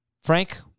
Frank